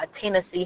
Tennessee